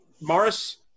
Morris